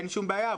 אין שום בעיה,